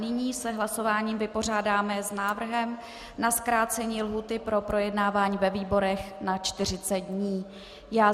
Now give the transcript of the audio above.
Nyní se hlasováním vypořádáme s návrhem na zkrácení lhůty pro projednávání ve výborech na 40 dní.